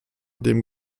dem